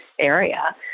area